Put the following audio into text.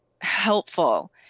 helpful